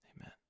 Amen